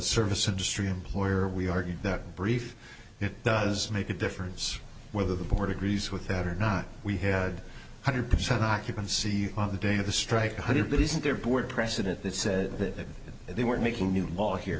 service industry employer we argue that brief it does make a difference whether the board agrees with that or not we had one hundred percent occupancy on the day of the strike one hundred but isn't there a board precedent that says that they weren't making new ball here